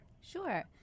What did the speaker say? Sure